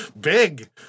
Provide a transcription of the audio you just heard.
big